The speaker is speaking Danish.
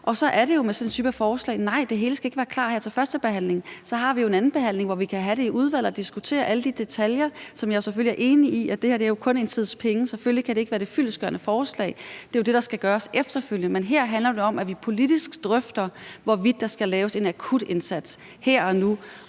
jo sådan med denne type forslag, at det hele ikke skal være klar her til førstebehandlingen, for vi har jo en anden behandling, hvor vi kan tage det i udvalget og diskutere alle detaljer. Jeg er selvfølgelig enig i, at det her forslag kun fylder en sides penge, og selvfølgelig kan det ikke være det fyldestgørende forslag. Det er jo det, der skal arbejdes på efterfølgende. Her handler det om, at vi politisk drøfter, hvorvidt der skal laves en akut indsats her og nu,